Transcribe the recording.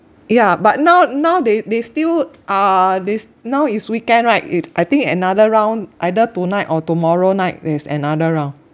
ya but now now they they still uh this now is weekend right it I think another round either tonight or tomorrow night there's another round